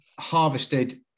harvested